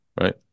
right